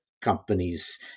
companies